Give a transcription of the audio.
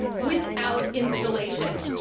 without installation.